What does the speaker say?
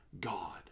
God